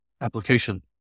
application